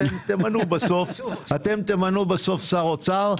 אתם תמנו בסוף שר אוצר.